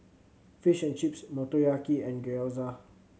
Fish and Chips Motoyaki and Gyoza